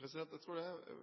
Jeg tror det